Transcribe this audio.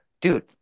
dude